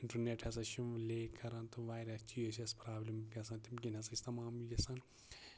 internet ہسا چھُ لیک کران تہٕ واریاہ چیٖز چھِ اَسہِ پرابلِم گژھان تَمہِ کِنۍ ہسا چھِ تَمام یہِ یژھان